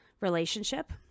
relationship